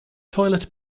toilet